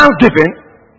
thanksgiving